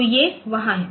तो ये वहाँ हैं